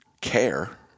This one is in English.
care